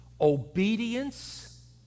obedience